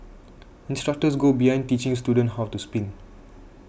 instructors go beyond teaching students how to spin